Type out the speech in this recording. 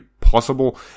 possible